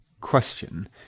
question